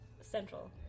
Central